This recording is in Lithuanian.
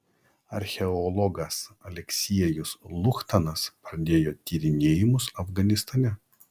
archeologas aleksiejus luchtanas pradėjo tyrinėjimus afganistane